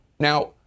Now